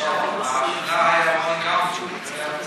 השנה היה רוני גמזו.